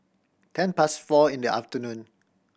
ten past four in the afternoon